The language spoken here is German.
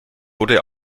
wurde